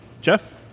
Jeff